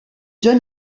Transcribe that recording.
john